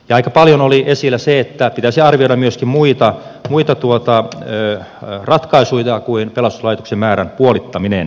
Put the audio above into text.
aika paljon oli esillä se että pitäisi arvioida myöskin muita ratkaisuja kuin pelastuslaitosten määrän puolittaminen